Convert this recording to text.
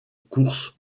courses